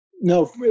No